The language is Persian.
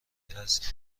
است